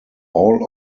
all